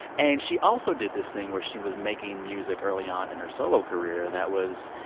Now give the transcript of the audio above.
and she also did this thing where she was making music early on in her solo career that was,